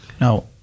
Now